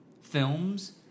films